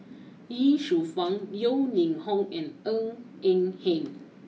Ye Shufang Yeo Ning Hong and Ng Eng Hen